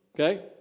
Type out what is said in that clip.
Okay